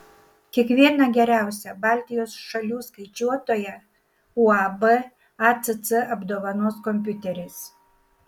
kiekvieną geriausią baltijos šalių skaičiuotoją uab acc apdovanos kompiuteriais